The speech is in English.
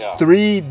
three